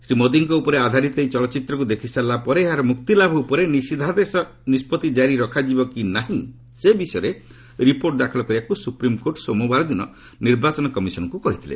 ଶ୍ରୀ ମୋଦିଙ୍କ ଉପରେ ଆଧାରିତ ଏହି ଚଳଚ୍ଚିତ୍ରକୁ ଦେଖି ସାରିଲା ପରେ ଏହାର ମୁକ୍ତି ଲାଭ ଉପରେ ନିଷିଦ୍ଧାଦେଶ ନିଷ୍ପଭି କାରି ରଖାଯିବ କି ନାହିଁ ସେ ବିଷୟରେ ରିପୋର୍ଟ ଦାଖଲ କରିବାକୁ ସୁପ୍ରିମ୍କୋର୍ଟ ସୋମବାର ଦିନ ନିର୍ବାଚନ କମିଶନ୍ଙ୍କୁ କହିଥିଲେ